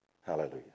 Hallelujah